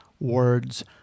Words